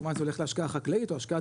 כמובן זה הולך להשקעה החקלאית או השקיית